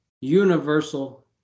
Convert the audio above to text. Universal